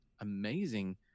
amazing